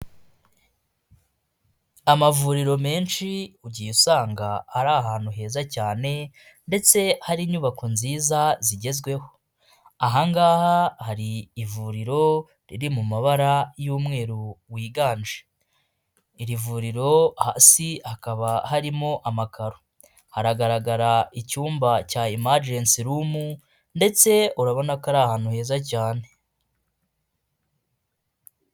Amavuriro menshi ugiye usanga ari ahantu heza cyane ndetse hari inyubako nziza zigezweho, ahangaha hari ivuriro riri mu mabara y'umweru wiganje iri vuriro hasi hakaba harimo amakaro, hagaragara icyumba cya imajensi rm ndetse urabona ko ari ahantu heza cyane.